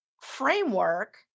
framework